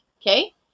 okay